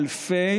אלפי,